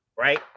Right